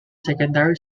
secondary